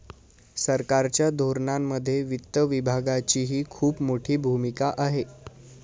सरकारच्या धोरणांमध्ये वित्त विभागाचीही खूप मोठी भूमिका आहे